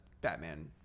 Batman